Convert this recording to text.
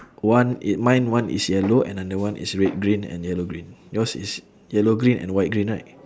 one i~ mine one is yellow another one is red green and yellow green yours is yellow green and white green right